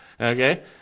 Okay